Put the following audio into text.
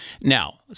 Now